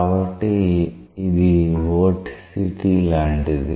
కాబట్టి ఇది వోర్టిసిటీ లాంటిది